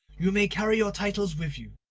you may carry your titles with you.